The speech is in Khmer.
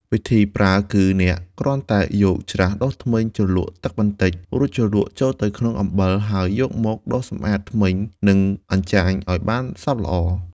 វិធីប្រើគឺអ្នកគ្រាន់តែយកច្រាសដុសធ្មេញជ្រលក់ទឹកបន្តិច រួចជ្រលក់ចូលទៅក្នុងអំបិល ហើយយកមកដុសសម្អាតធ្មេញ និងអញ្ចាញឲ្យបានសព្វល្អ។